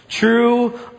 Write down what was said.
True